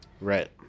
Right